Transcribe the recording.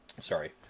Sorry